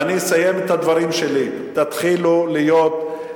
ואני אסיים את הדברים שלי: תתחילו לחשוב,